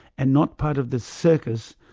and not part of the circus,